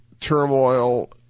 turmoil